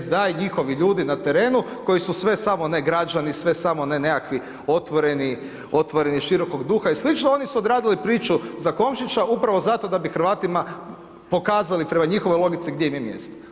SDA i njihovi ljudi na terenu, koji su sve samo ne građani, samo ne nekakvi otvoreni širokog duha i slično, oni su odradili priču za Komšića, upravo zato da bi Hrvatima pokazali prema njihovoj logici gdje im je mjesto.